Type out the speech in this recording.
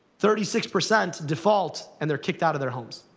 thirty six percent default, and they're kicked out of their homes.